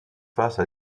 face